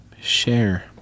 share